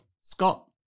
Scott